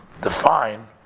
define